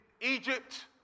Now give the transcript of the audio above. Egypt